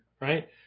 right